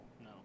No